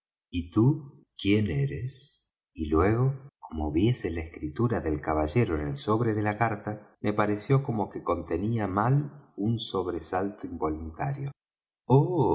y tú quién eres y luego como viese la escritura del caballero en el sobre de la carta me pareció como que contenía mal un sobresalto involuntario oh